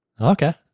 Okay